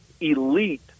elite